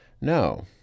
No